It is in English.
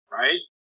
right